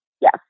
yes